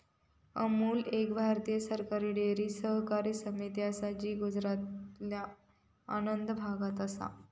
अमूल एक भारतीय सरकारी डेअरी सहकारी समिती असा जी गुजरातच्या आणंद भागात असा